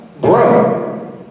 Bro